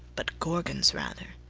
but gorgons rather